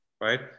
right